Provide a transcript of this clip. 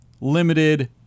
limited